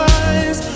eyes